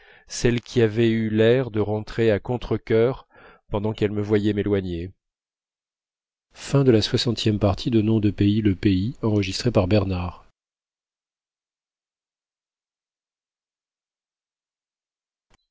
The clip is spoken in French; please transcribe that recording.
celle qui avait eu l'air de rentrer à contre-cœur pendant qu'elle me voyait m'éloigner